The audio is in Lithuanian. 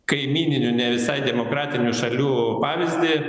kaimyninių ne visai demokratinių šalių pavyzdį